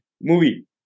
Movie